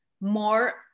more